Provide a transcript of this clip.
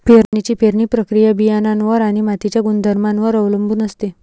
पेरणीची पेरणी प्रक्रिया बियाणांवर आणि मातीच्या गुणधर्मांवर अवलंबून असते